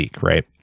Right